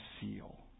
seal